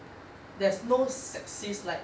there's no sexist like